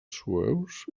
sueus